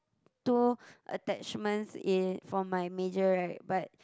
two attachments in for my major right but